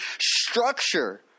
structure